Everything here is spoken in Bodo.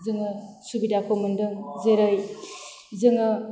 जोङो सुबिदाखौ मोनदों जेरै जोङो